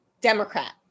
Democrat